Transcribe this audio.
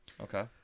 Okay